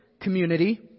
community